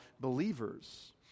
believers